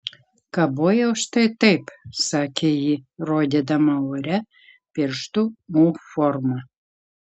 kabojau štai taip sakė ji rodydama ore pirštu u formą